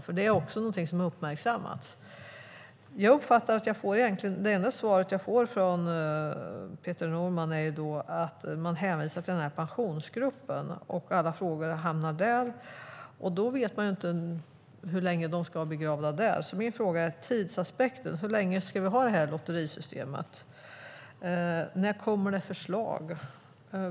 Dessa avgifter är också någonting som har uppmärksammats. Det enda svar jag får från Peter Norman är att man hänvisar till Pensionsgruppen. Alla frågor hamnar där. Men hur länge ska de vara begravda där? Mina frågor gäller tidsaspekten. Hur länge ska vi ha det här lotterisystemet? När kommer det förslag?